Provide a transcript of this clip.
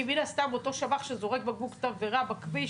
כי מן הסתם אותו שב"ח שזורק בקבוק תבערה בכביש,